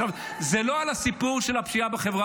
עכשיו, זה לא על הסיפור של הפשיעה בחברה